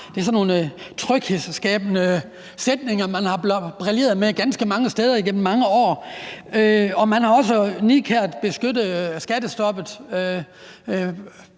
Det er sådan nogle tryghedsskabende sætninger, man har brilleret med ganske mange steder igennem mange år, og man har også nidkært beskyttet skattestoppet,